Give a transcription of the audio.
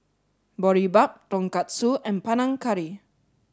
Boribap Tonkatsu and Panang Curry